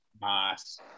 Nice